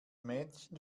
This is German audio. mädchen